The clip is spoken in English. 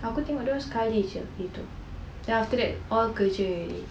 aku tengok diorang sekali aja itu then after that kerja already